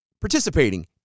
participating